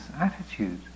attitude